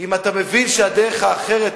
אם אתה מבין שהדרך האחרת,